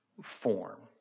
form